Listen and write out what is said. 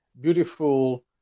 beautiful